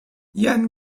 yann